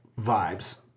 vibes